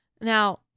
Now